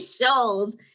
shows